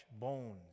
bones